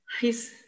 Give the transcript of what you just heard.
hes